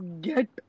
get